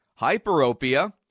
hyperopia